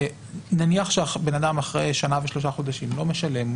נניח שבן אדם אחרי שנה ושלושה חודשים לא משלם,